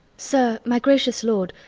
sir, my gracious lord,